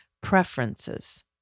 preferences